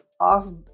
ask